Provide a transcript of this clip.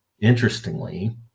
Interestingly